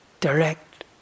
direct